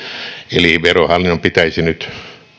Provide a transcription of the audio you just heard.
eli verohallinnon pitäisi nyt